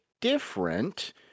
different